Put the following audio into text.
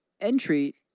entry